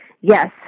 Yes